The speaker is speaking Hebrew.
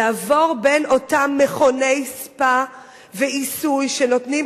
לעבור בין אותם מכוני ספא ועיסוי שנותנים